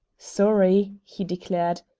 sorry, he declared,